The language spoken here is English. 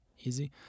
easy